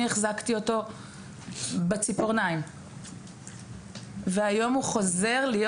אני החזקתי אותו בציפורניים והיום הוא חוזר להיות